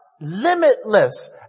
limitless